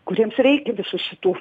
kuriems reikia visų šitų